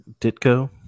Ditko